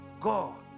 God